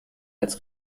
als